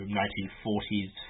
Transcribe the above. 1940s